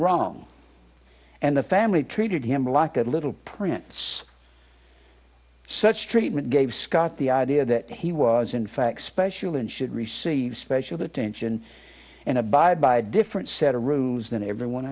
wrong and the family treated him like a little prince such treatment gave scott the idea that he was in fact special and should receive special attention and abide by a different set of rules than everyone